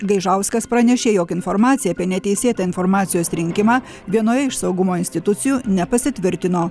gaižauskas pranešė jog informacija apie neteisėtą informacijos rinkimą vienoje iš saugumo institucijų nepasitvirtino